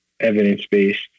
evidence-based